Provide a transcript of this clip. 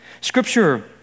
Scripture